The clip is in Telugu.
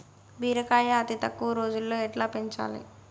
బీరకాయ అతి తక్కువ రోజుల్లో ఎట్లా పెంచాలి?